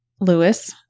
Lewis